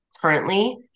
currently